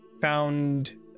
found